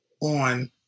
on